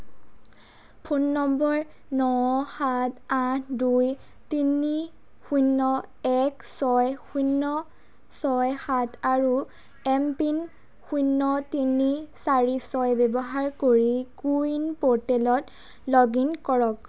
phone number ন সাত আঠ দুই তিনি শূন্য এক ছয় শূন্য ছয় সাত আৰু এম পিন শূন্য তিনি চাৰি ছয় ব্যৱহাৰ কৰি কো ৱিন প'ৰ্টেলত লগ ইন কৰক